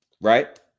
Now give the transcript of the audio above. right